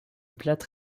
plâtre